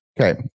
Okay